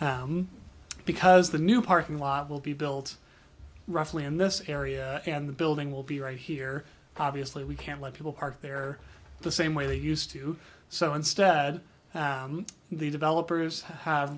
parcel because the new parking lot will be built roughly in this area and the building will be right here obviously we can't let people park there the same way they used to so instead the developers have